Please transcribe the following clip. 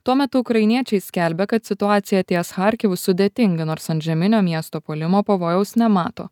tuo metu ukrainiečiai skelbia kad situacija ties charkovu sudėtinga nors antžeminio miesto puolimo pavojaus nemato